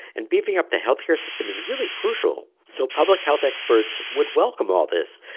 and beefing up the health care system is really crucial, so public health experts would welcome all this.